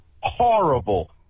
Horrible